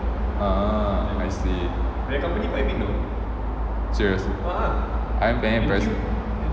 I see serious